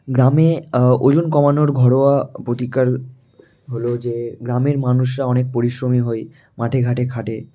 গ্রামে ওজন কমানোর ঘরোয়া প্রতিকার হল যে গ্রামের মানুষরা অনেক পরিশ্রমী হয় মাঠে ঘাটে খাটে